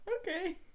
Okay